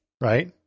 Right